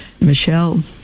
michelle